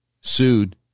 sued